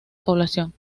población